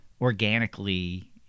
organically –